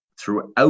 throughout